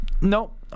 Nope